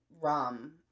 rum